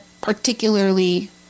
particularly